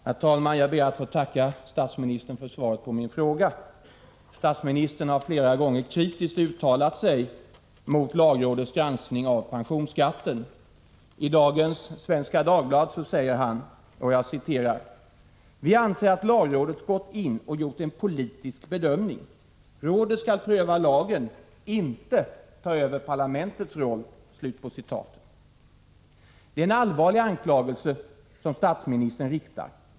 Herr talman! Jag ber att få tacka statsministern för svaret på min fråga. Statsministern har flera gånger uttalat sig kritiskt mot lagrådets granskning av pensionsskatten. I dagens nummer av Svenska Dagbladet säger han: ”Vi anser att lagrådet gått in och gjort en politisk bedömning. Rådet skall pröva lagen, inte ta över parlamentets roll.” Det är en allvarlig anklagelse som statsministern framför.